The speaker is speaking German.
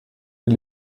bin